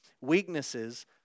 Weaknesses